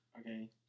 Okay